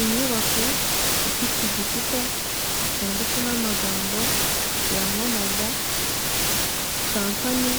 Inyubako ifite igikuta cyanditseho amagambo yamamaza kampani